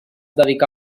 dedicà